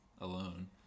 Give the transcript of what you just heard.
alone